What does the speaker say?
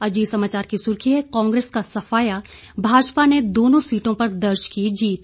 अजीत समाचार की सुर्खी है कांग्रेस का सफाया भाजपा ने दोनों सीटों पर दर्ज की जीत